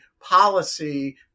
policy